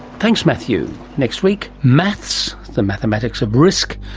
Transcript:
thanks matthew. next week, maths, the mathematics of risk,